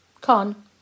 Con